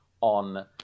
on